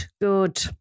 good